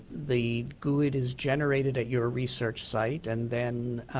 the guid is generated at your research site and then